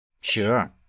Sure